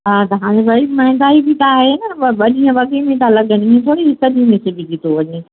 तव्हांजे भई महांगाई बि त आहे न ॿ ॾींहं वगे में त लॻन हीअं थोरी हिकु ॾींहं में सिबजी थो वञे